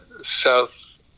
South